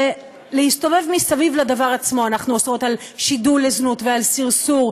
זה להסתובב מסביב לדבר עצמו: אנחנו אוסרות שידול לזנות וסרסור,